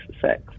sex